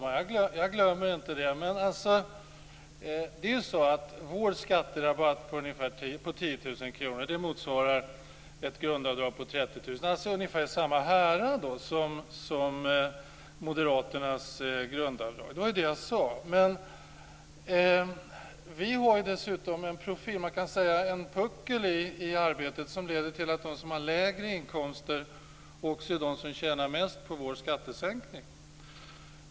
Fru talman! Nej, jag glömmer inte. Vår skatterabatt på 10 000 kr motsvarar ett grundavdrag på 30 000 kr. Det är i ungefär samma härad som moderaternas grundavdrag. Det var det jag sade. Vi har dessutom en puckel i arbetet som leder till att de som har lägre inkomster också är de som tjänar mest på vår skattesänkning.